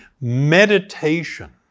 Meditation